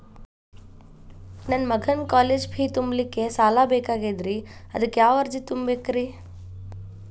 ನನ್ನ ಮಗನ college fee ತುಂಬಲಿಕ್ಕೆ ಸಾಲ ಬೇಕಾಗೆದ್ರಿ ಅದಕ್ಯಾವ ಅರ್ಜಿ ತುಂಬೇಕ್ರಿ?